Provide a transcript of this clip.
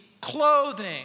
clothing